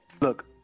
Look